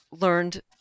learned